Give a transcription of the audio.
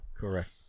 Correct